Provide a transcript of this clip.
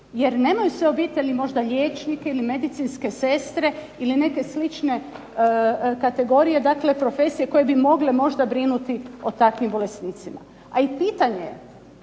jer nemaju sve obitelji možda liječnike ili medicinske sestre ili neke slične kategorije, dakle profesije koje bi mogle možda brinuti o takvim bolesnicima. A i pitanje kada